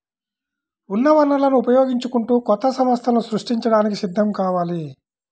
ఉన్న వనరులను ఉపయోగించుకుంటూ కొత్త సంస్థలను సృష్టించడానికి సిద్ధం కావాలి